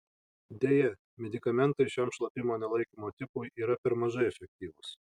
deja medikamentai šiam šlapimo nelaikymo tipui yra per mažai efektyvūs